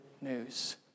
news